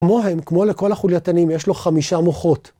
כמוהם, כמו לכל החולייתנים, יש לו חמישה מוחות.